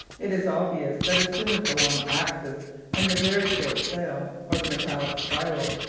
it is obvious that as soon as the long axis and the very short sail, or the metallic spiral,